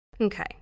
Okay